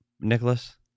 Nicholas